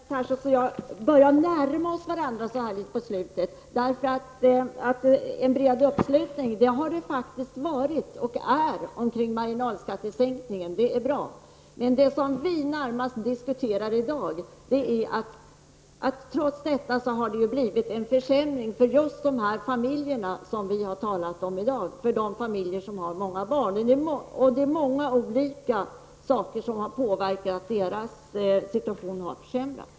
Fru talman! Jag tror att Daniel Tarschys och jag börjar närma oss varandra nu i slutet av debatten. En bred uppslutning har det faktiskt varit och är det kring marginalskattesänkningen — den är bra. Men det som vi diskuterar i dag är närmast att det trots detta blivit en försämring för just de familjer som har många barn. Det är många olika saker som har gjort att deras situation har försämrats.